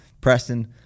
Preston